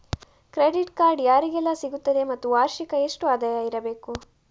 Credit card ಯಾರಿಗೆಲ್ಲ ಸಿಗುತ್ತದೆ ಮತ್ತು ವಾರ್ಷಿಕ ಎಷ್ಟು ಆದಾಯ ಇರಬೇಕು?